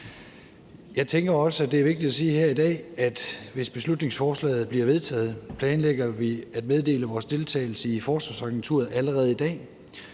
Jeg tænker også, at det er vigtigt at sige her i dag, at hvis beslutningsforslaget bliver vedtaget, planlægger vi at meddele vores deltagelse i Forsvarsagenturet allerede i dag.